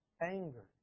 Anger